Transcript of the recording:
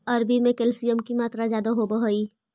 अरबी में कैल्शियम की मात्रा ज्यादा होवअ हई